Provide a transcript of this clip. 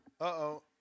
uh-oh